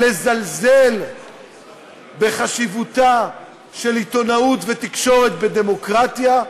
לזלזל בחשיבות של עיתונאות ותקשורת בדמוקרטיה.